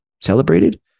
celebrated